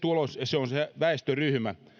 se on se väestöryhmä